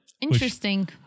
Interesting